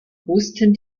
wussten